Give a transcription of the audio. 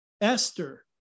Esther